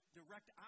direct